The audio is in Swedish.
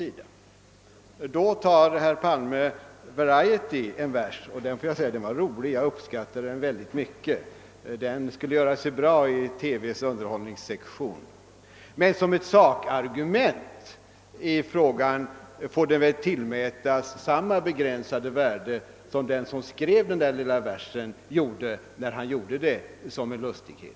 Nu läste herr Palme också en vers ur tidskriften Variety. Den var rolig, och jag uppskattade den mycket. Den skulle också göra sig bra i TV:s underhållningssektion. Men som ett sakargument i frågan får den väl tillmätas samma begränsade värde som den som skrev versen avsåg att den skulle ha; han skrev den som en lustighet.